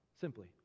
simply